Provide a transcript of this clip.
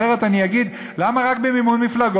אחרת אני אגיד: למה רק במימון מפלגות?